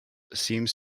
seems